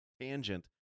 tangent